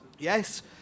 Yes